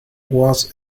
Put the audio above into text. was